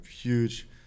huge